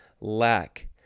lack